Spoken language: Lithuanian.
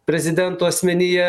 prezidento asmenyje